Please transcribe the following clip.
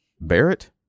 Barrett